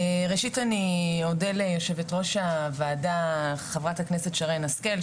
ראשית אני אודה ליו"ר הוועדה חברת הכנסת שרן השכל,